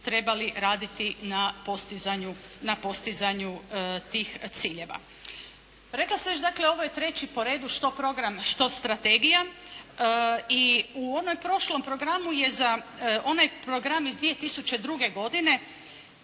trebali raditi na postizanju tih ciljeva. Rekla sam već dakle ovo je treći po redu što program što strategija i u onom prošlom programu je za onaj program iz 2002. godine